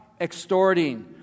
extorting